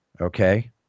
Okay